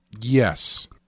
Yes